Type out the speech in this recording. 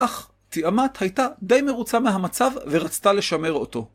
אך תיאמת הייתה די מרוצה מהמצב, ורצתה לשמר אותו.